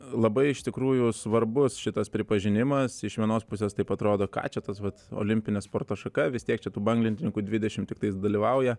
labai iš tikrųjų svarbus šitas pripažinimas iš vienos pusės taip atrodo ką čia tas vat olimpine sporto šaka vis tiek tad banglentininkų dvidešimt tiktais dalyvauja